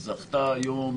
-- זכתה היום